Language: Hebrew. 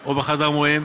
או בחדר המורים,